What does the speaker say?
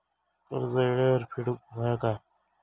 कर्ज येळेवर फेडूक होया काय?